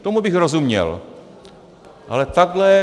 Tomu bych rozuměl, ale takhle?